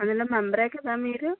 అందులో మెంబరే కదా మీరు